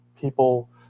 people